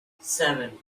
seven